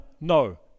No